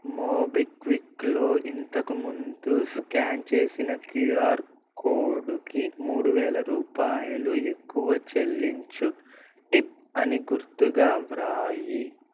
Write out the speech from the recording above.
మోబిక్విక్లో ఇంతకు ముందు స్కాన్ చేసిన క్యుఆర్ కోడ్కి మూడువేల రూపాయలు ఎక్కువ చెల్లించు టిప్ అని గుర్తుగా వ్రాయి